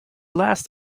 last